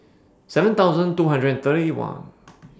seven thousand two hundred and thirty one